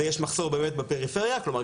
ויש מחסור בפריפריה כלומר,